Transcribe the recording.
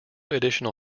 additional